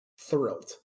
thrilled